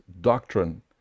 doctrine